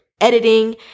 editing